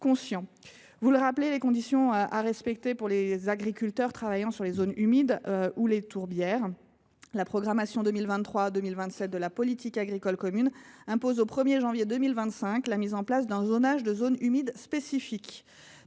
concerne les conditions à respecter pour les agriculteurs travaillant sur les zones humides ou les tourbières, la programmation 2023 2027 de la politique agricole commune impose, au 1 janvier 2025, la mise en place d’un zonage spécifique.